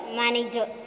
manager